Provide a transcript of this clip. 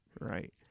right